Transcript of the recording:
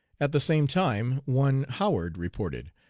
at the same time one howard reported,